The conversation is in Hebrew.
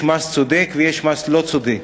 יש מס צודק ויש מס לא צודק.